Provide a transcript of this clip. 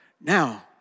Now